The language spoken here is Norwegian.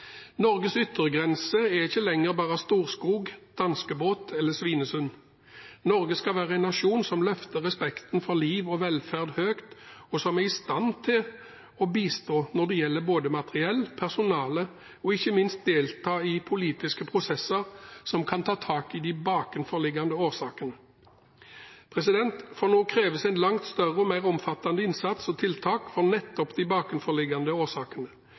Norges yttergrense er ikke lenger bare Storskog, danskebåt eller Svinesund. Norge skal være en nasjon som løfter respekten for liv og velferd høyt, som er i stand til å bistå når det gjelder, både materielt og med personale, og som ikke minst deltar i politiske prosesser som kan ta tak i de bakenforliggende årsakene. Nå kreves en langt større og mer omfattende innsats og tiltak for nettopp de bakenforliggende årsakene.